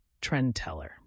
Trendteller